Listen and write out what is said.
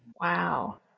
Wow